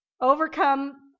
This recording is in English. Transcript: overcome